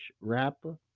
rapper